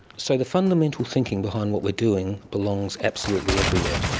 so the fundamental thinking behind what we're doing belongs absolutely everywhere.